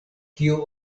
kio